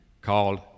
called